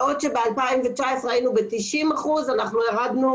בעוד שב-2019 היינו ב-90% אנחנו ירדנו